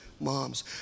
moms